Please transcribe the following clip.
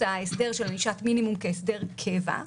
ההסדר של ענישת מינימום כהסדר קבע,